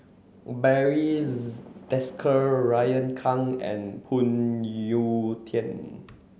Barry Desker Raymond Kang and Phoon Yew Tien